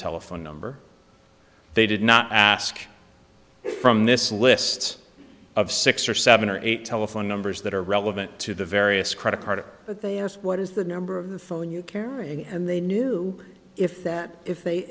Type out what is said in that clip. telephone number they did not ask from this list of six or seven or eight telephone numbers that are relevant to the various credit cards but they asked what is the number of the phone you caring and they knew if that if they